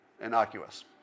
innocuous